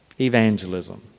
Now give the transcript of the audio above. evangelism